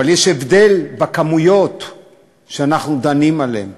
אבל יש הבדל בכמויות שאנחנו דנים בהן.